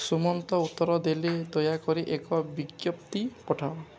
ସୁମନ୍ତ ଉତ୍ତର ଦେଲେ ଦୟାକରି ଏକ ବିଜ୍ଞପ୍ତି ପଠାଅ